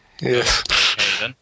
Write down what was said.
Yes